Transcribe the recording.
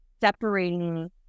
separating